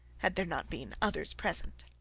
had there not been others present.